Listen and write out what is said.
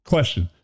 Question